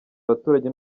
abaturage